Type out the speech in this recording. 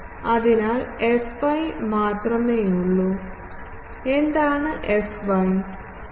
അതിനാൽ fy മാത്രമേയുള്ളൂ എന്താണ് fy